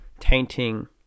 tainting